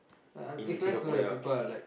uh is nice to know that people are like